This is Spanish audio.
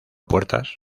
puertas